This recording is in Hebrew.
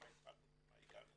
עם מה התחלנו ולמה הגענו